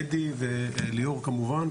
אדי וליאור כמובן,